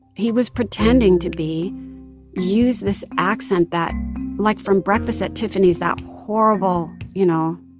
he was pretending to be use this accent that like, from breakfast at tiffany's, that horrible, you know